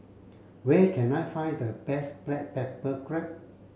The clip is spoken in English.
where can I find the best black pepper crab